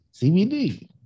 CBD